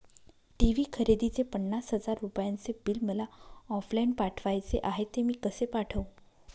TV खरेदीचे पन्नास हजार रुपयांचे बिल मला ऑफलाईन पाठवायचे आहे, ते मी कसे पाठवू?